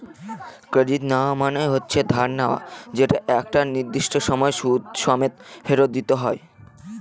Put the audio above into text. credit নেওয়া মানে হচ্ছে ধার নেওয়া যেটা একটা নির্দিষ্ট সময় সুদ সমেত ফেরত দিতে হয়